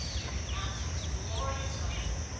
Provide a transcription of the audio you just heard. to renounce his glorious office,